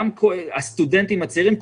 גם הסטודנטים והצעירים,